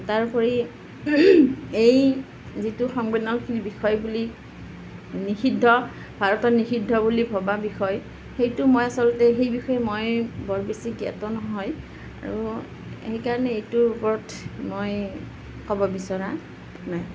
তাৰোপৰি এই যিটো সংবেদনশীল বিষয় বুলি নিষিদ্ধ ভাৰতত নিষিদ্ধ বুলি ভবা বিষয় সেইটো মই আচলতে সেই বিষয়ে মই বৰ বেছি জ্ঞাত নহয় আৰু সেইকাৰণে এইটোৰ ওপৰত মই ক'ব বিচৰা নাই